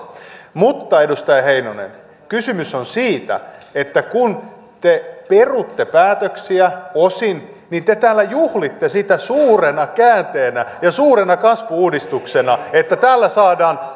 mutta edustaja heinonen kysymys on siitä että kun te perutte päätöksiä osin niin te täällä juhlitte sitä suurena käänteenä ja suurena kasvu uudistuksena että tällä saadaan